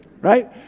right